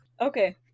Okay